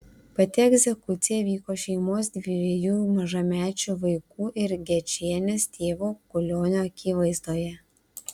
pati egzekucija vyko šeimos dviejų mažamečių vaikų ir gečienės tėvo kulionio akivaizdoje